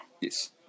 Yes